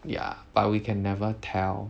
ya but we can never tell